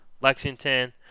Lexington